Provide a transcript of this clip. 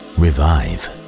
revive